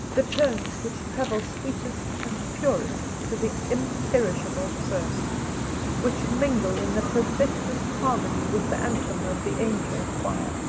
the tones which travel sweetest and purest to the imperishable throne which mingle in the perfectest harmony with the anthem of the angel-choir!